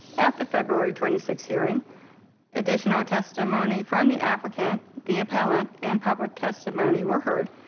at the february twenty six, hearing additional testimony from the applicant, the appellant and public testimony were heard.